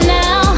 now